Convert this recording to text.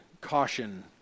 caution